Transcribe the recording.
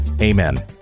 Amen